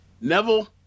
Neville